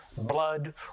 blood